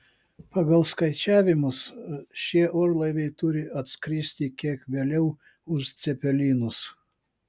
pagal skaičiavimus šie orlaiviai turi atskristi kiek vėliau už cepelinus